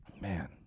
Man